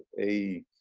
a